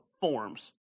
forms